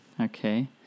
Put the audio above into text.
Okay